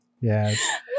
Yes